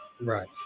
Right